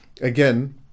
again